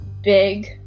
big